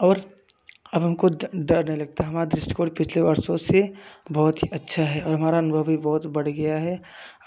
और अब हमको डर नहीं लगता हमारे दृष्टिकोण पिछले वर्षों से बहुत ही अच्छा है और हमारा अनुभव भी बहुत बढ़ गया है